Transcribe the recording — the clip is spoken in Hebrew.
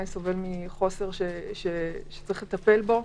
מחוסר שיש לטפל בו.